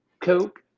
Coke